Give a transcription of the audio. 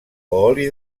oli